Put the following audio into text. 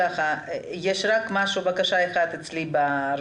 יש רק עוד בקשה אחת לדיבור.